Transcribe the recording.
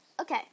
okay